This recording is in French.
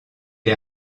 est